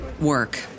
Work